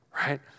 right